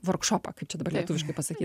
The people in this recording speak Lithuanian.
vorkšopą kaip čia dabar tuviškai pasakyt